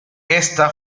esta